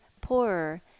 poorer